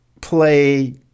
play